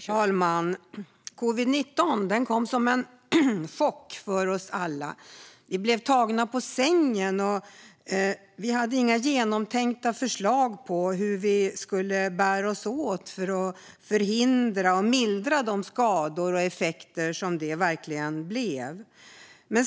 Fru talman! Covid-19 kom som en chock för oss alla. Vi blev tagna på sängen och hade inga genomtänkta förslag för hur vi skulle bära oss åt för att förhindra och mildra de skador och effekter som uppkom.